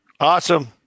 Awesome